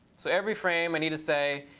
so every frame i need to say,